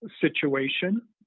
situation